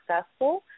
successful